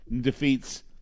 defeats